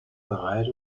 bereit